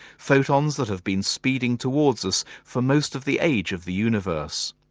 photons that have been speeding towards us for most of the age of the universe.